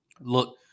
Look